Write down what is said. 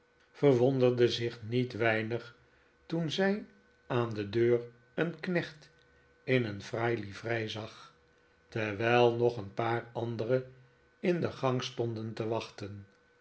verwonderde zich niet weinig toen zij aan de deur een knecht in een fraaie livrei zag terwijl nog een paar andere in de gang stonden te wachten